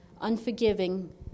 unforgiving